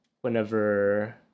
whenever